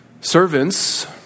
Servants